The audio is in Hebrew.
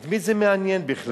את מי זה מעניין בכלל?